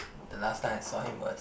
the last time I saw him was